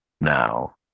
now